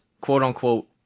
quote-unquote